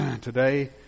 today